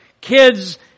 kids